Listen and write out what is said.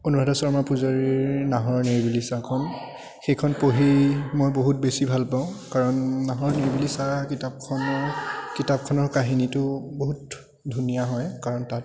অনুৰাধা শৰ্মা পূজাৰীৰ নাহৰৰ নিৰিবিলি ছাঁখন সেইখন পঢ়ি মই বহুত বেছি ভাল পাওঁ কাৰণ নাহৰৰ নিৰিবিলি ছাঁ কিতাপখন মোৰ কিতাপখনৰ কাহিনীতো বহুত ধুনীয়া হয় কাৰণ তাত